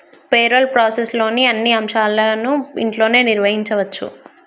payroll ప్రాసెస్లోని అన్ని అంశాలను ఇంట్లోనే నిర్వహించచ్చు